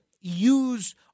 use